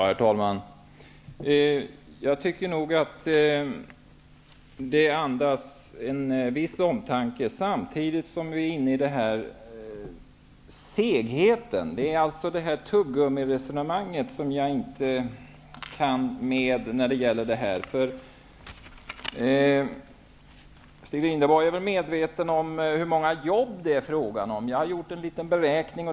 Herr talman! Jag tycker att man anar en viss omtanke, samtidigt som man känner segheten. Det är tuggummiresonemanget som jag inte kan med. Stig Rindborg är väl medveten om hur många jobb det är fråga om? Jag har gjort en beräkning.